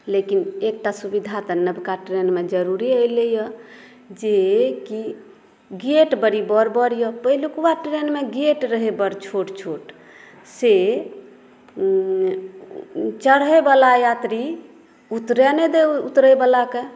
लेकिन एकटा सुविधा तऽ नबका ट्रेनमे जरूरे अयलैया जे की गेट बड़ी बड़ बड़ यऽ पहिलकुबा ट्रेनमे गेट रहै बड़ छोट छोट से चढ़े वला यात्री उतरय नहि दै उतरय वलाके